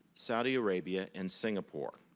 saudi arabia, and singapore.